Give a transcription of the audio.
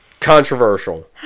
controversial